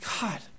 God